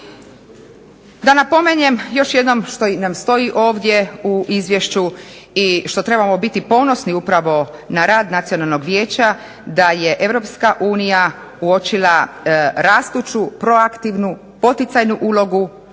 Da napomenem još jednom što nam stoji ovdje u izvješću i što trebamo biti ponosni upravo na rad nacionalnog vijeća, da je Europska unija uočila rastuću proaktivnu poticajnu ulogu